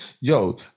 Yo